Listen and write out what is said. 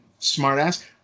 smartass